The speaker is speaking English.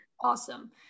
Awesome